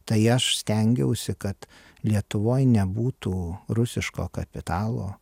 tai aš stengiausi kad lietuvoj nebūtų rusiško kapitalo